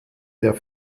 der